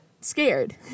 scared